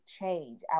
change